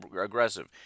aggressive